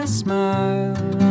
smile